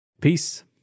Peace